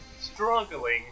struggling